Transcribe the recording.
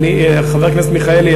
חבר הכנסת מיכאלי,